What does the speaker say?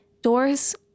doors